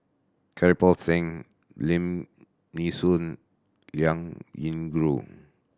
Kirpal Singh Lim Nee Soon Liao Yingru